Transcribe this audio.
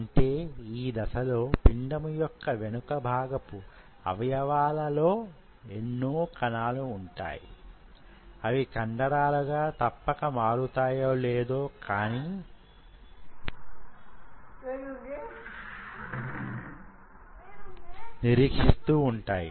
అంటే ఈ దశలో పిండము యొక్క వెనుక భాగపు అవయవాలలో ఎన్నో కణాలు వుంటాయి అవి కండరాలుగా తప్పక మారు తాయో లేదో కానీ నిరీక్షిస్తూ వుంటాయి